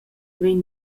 vegn